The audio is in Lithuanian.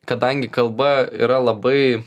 kadangi kalba yra labai